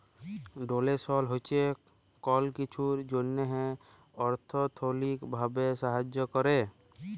ডোলেসল হছে কল কিছুর জ্যনহে অথ্থলৈতিক ভাবে সাহায্য ক্যরা